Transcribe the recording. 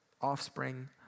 offspring